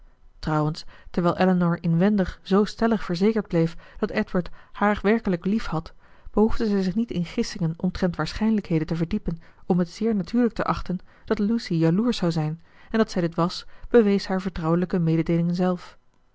trouwens terwijl elinor inwendig zoo stellig verzekerd bleef dat edward haar werkelijk liefhad behoefde zij zich niet in gissingen omtrent waarschijnlijkheden te verdiepen om het zeer natuurlijk te achten dat lucy jaloersch zou zijn en dat zij dit was bewees haar vertrouwelijke mededeeling zelf